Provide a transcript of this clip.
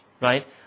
right